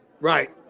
Right